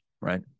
right